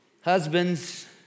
Husbands